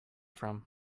from